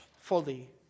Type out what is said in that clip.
fully